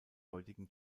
heutigen